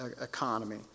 economy